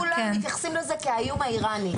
כולם מתייחסים לזה כאיום אירני.